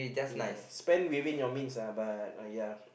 ya spend within your means uh but ya